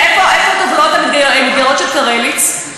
איפה טובלות המתגיירות של קרליץ?